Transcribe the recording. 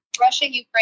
Russia-Ukraine